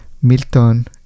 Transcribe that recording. Milton